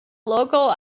local